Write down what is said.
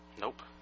Nope